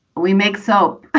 we make soap.